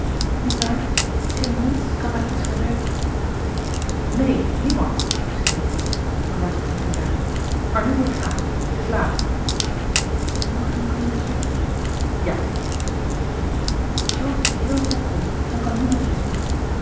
eens nietwaar geen mensch kan mij iets verwijten neen niemand schreeuwde tonie verward marcellus emants een drietal novellen en gejaagd maar nu moet ik gaan t is laat morgen kom je dus weer ja vroeg zorg dat je heel vroeg komt dan kan niemand je zien